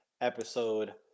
episode